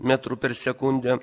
metrų per sekundę